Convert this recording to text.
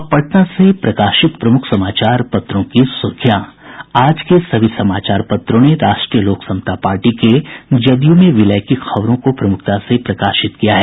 अब पटना से प्रकाशित प्रमुख समाचार पत्रों की सुर्खियां आज के सभी समाचार पत्रों ने राष्ट्रीय लोक समता पार्टी के जदयू में विलय की खबरों को प्रमुखता से प्रकाशित किया है